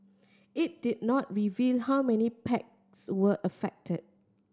it did not reveal how many packs were affected